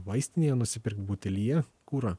vaistinėje nusipirkt butelyje kurą